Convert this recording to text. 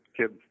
kids